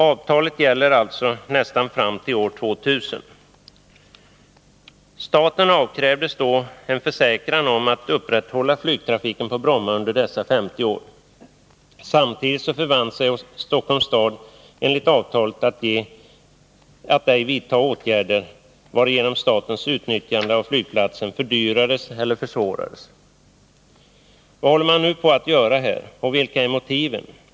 Avtalet gäller alltså nästan fram till år 2000. Staten avkrävdes då en försäkran om att upprätthålla flygtrafik på Bromma under dessa 50 år. Samtidigt förband sig Stockholms stad enligt avtalet att ej vidta åtgärder, varigenom statens utnyttjande av flygplatsen fördyrades eller försvårades. Vad håller man nu på att göra här, och vilka är motiven?